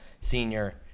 senior